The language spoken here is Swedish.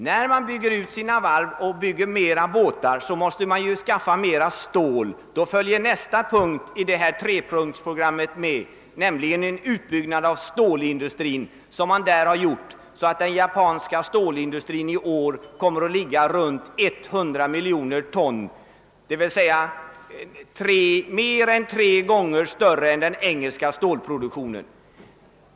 När man bygger ut sina varv och producerar flera båtar måste man också skaffa mera stål. Nästa punkt på trepunktsprogrammet blir då en utbyggnad av stålindustrin. Den japanska stålindustrin kommer i år att producera ungefär 100 miljoner ton stål, d.v.s. mer än tre gånger den engelska stålproduktionen.